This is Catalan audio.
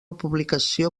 publicació